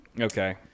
Okay